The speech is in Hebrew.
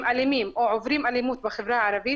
אלימים או עוברים אלימות בחברה הערבית,